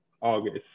August